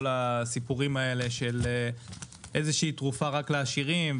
הסיפורים האלה של איזושהי תרופה רק לעשירים,